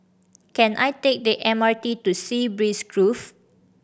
can I take the M R T to Sea Breeze Grove